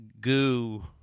goo